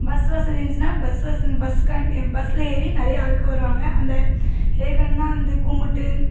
bus வசதி இருந்துச்சுன்னா bus வசதி பஸ்காண்டி பஸ்ஸில் ஏறி நிறைய ஆள்கள் வருவாங்க அந்த எதுக்காண்டின்னா வந்து கும்பிட்டு